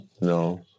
No